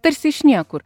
tarsi iš niekur